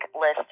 list